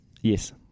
Yes